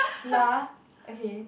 lah okay